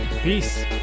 Peace